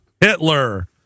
Hitler